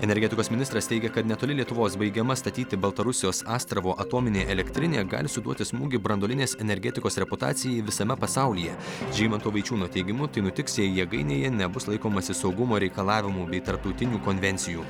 energetikos ministras teigia kad netoli lietuvos baigiama statyti baltarusijos astravo atominė elektrinė gali suduoti smūgį branduolinės energetikos reputacijai visame pasaulyje žygimanto vaičiūno teigimu tai nutiks jei jėgainėje nebus laikomasi saugumo reikalavimų bei tarptautinių konvencijų